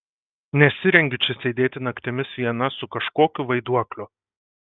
nesirengiu čia sėdėti naktimis viena su kažkokiu vaiduokliu